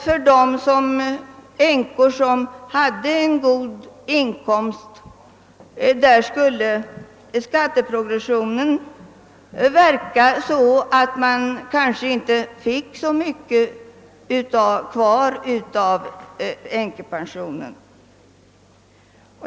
För de änkor som hade en god inkomst skulle skatteprogressiviteten verka så, att de kanske inte fick så mycket kvar av änkepensionen.